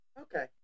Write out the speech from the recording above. Okay